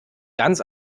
ganz